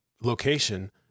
location